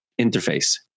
interface